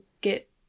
get